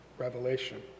Revelation